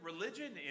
religion